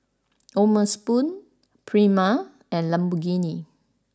O'ma Spoon Prima and Lamborghini